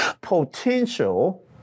Potential